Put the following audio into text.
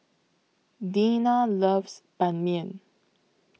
Deanna loves Ban Mian